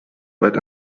weit